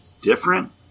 different